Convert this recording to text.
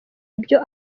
ibyo